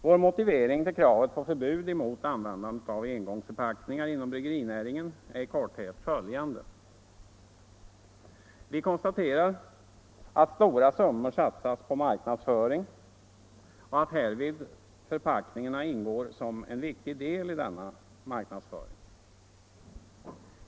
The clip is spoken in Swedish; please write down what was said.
Vår motivering till kravet på förbud mot användande av engångsförpackningar inom bryggerinäringen är i korthet följande. Vi konstaterar att stora summor satsas på marknadsföring och att härvid förpackningarna ingår som en viktig del i denna marknadsföring.